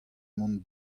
mont